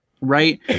right